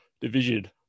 division